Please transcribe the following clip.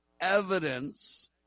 evidence